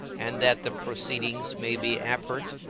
and that the proceedings may be apert,